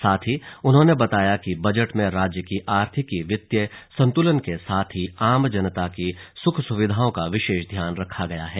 साथ ही उन्होंने बताया कि बजट में राज्य की आर्थिकी वित्तीय संतुलन के साथ ही आम जनता की सुख सुविधाओं का विशेष ध्यान रखा गया है